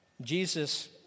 Jesus